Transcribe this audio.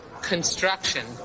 construction